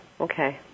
okay